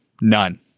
None